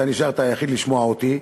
אתה נשארת היחיד לשמוע אותי,